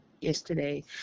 yesterday